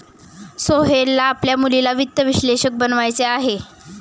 सोहेलला आपल्या मुलीला वित्त विश्लेषक बनवायचे आहे